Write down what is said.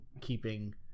keeping